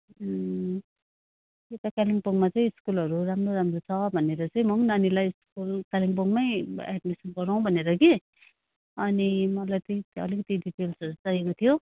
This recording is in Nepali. यता कालिम्पोङमा चाहिँ स्कुलहरू राम्रो राम्रो छ भनेर चाहिँ म पनि नानीलाई स्कुल कालिम्पोङमै एडमिसन गराउँ भनेर कि अनि मलाई त्यही अलिकति डिटेल्सहरू चाहिएको थियो